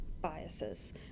biases